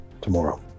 tomorrow